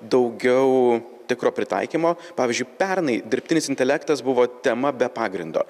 daugiau tikro pritaikymo pavyzdžiui pernai dirbtinis intelektas buvo tema be pagrindo